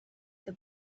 the